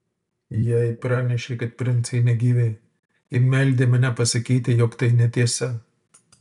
jai pranešė kad princai negyvi ji meldė mane pasakyti jog tai netiesa